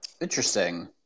Interesting